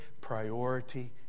priority